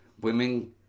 women